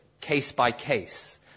case-by-case